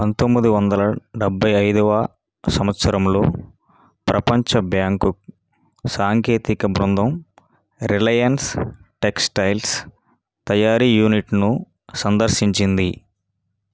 పంతొమ్మిది వందల డెబ్భై ఐదవ సంవత్సరంలో ప్రపంచ బ్యాంక్ సాంకేతిక బృందం రిలయన్స్ టెక్స్టైల్స్ తయారీ యూనిట్ను సందర్శించింది